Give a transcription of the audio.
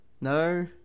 No